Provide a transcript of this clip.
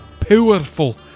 Powerful